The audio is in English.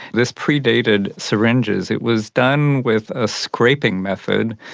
this predated syringes. it was done with a scraping method,